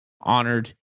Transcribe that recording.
honored